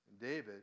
David